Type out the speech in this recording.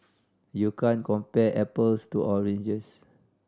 you can't compare apples to oranges